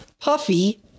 puffy